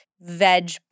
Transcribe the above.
veg